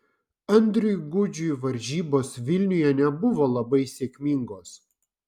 andriui gudžiui varžybos vilniuje nebuvo labai sėkmingos